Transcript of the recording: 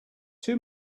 too